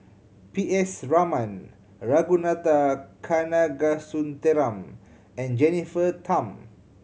P S Raman Ragunathar Kanagasuntheram and Jennifer Tham